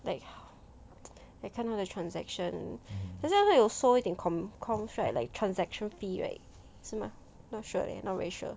like like 看到的 transaction that's why 有收一点 com coms right like transaction fee right 是吗 not sure leh not really sure